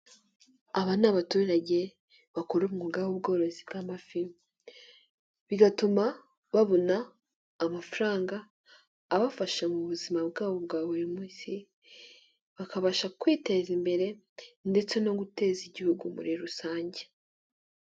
Aba n'abaturage bakora umwuga w'ubworozi bw'amafi, bigatuma babona amafaranga abafasha mu buzima bwabo bwa buri munsi bakabasha kwiteza imbere ndetse no guteza igihugu muri rusange.